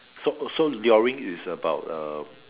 so so luring is about uh